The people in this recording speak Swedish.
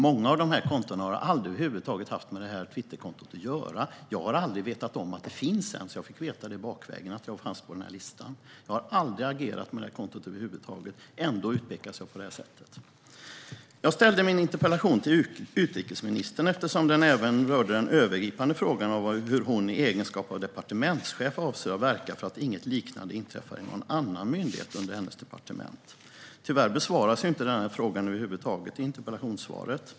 Många av dessa konton har aldrig över huvud taget haft med det här Twitterkontot att göra. Jag har aldrig ens vetat om att det finns - jag fick veta bakvägen att jag fanns på den här listan. Jag har aldrig agerat med detta konto över huvud taget, och ändå utpekas jag på det här sättet. Jag ställde min interpellation till utrikesministern, eftersom den även rör den övergripande frågan om hur hon i egenskap av departementschef avser att verka för att inget liknande inträffar i någon annan myndighet under hennes departement. Tyvärr besvaras inte denna fråga över huvud taget i interpellationssvaret.